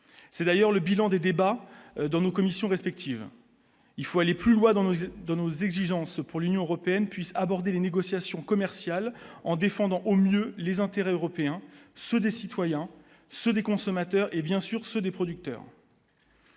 c'est d'ailleurs le bilan des débats dans nos commissions respective, il faut aller plus loin dans le de nos exigences pour l'Union européenne puisse aborder les négociations commerciales en défendant au mieux les intérêts européens, ceux des citoyens, ceux des consommateurs et bien sûr ceux des producteurs.